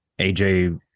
aj